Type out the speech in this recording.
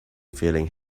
feeling